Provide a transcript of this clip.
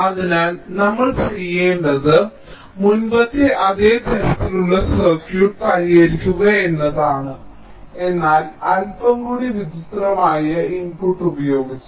അതിനാൽ നമ്മൾ ചെയ്യേണ്ടത് മുമ്പത്തെ അതേ തരത്തിലുള്ള സർക്യൂട്ട് പരിഹരിക്കുക എന്നതാണ് എന്നാൽ അൽപ്പം കൂടുതൽ വിചിത്രമായ ഇൻപുട്ട് ഉപയോഗിച്ച്